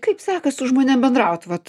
kaip sekas žmonėm bendraut vat